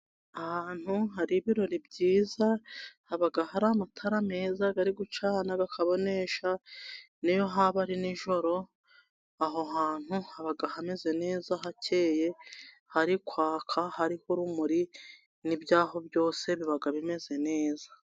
Ahantu hari ibirori byiza, haba hari amatara meza ari gucana akabonesha, n'iyo haba ari nijoro, aho hantu haba hameze neza hakeye ,hari kwaka, hariho urumuri, n'ibyaho byose biba bimeze neza.